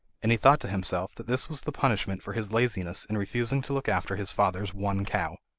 and he thought to himself that this was the punishment for his laziness in refusing to look after his father's one cow.